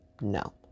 No